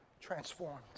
transformed